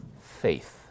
faith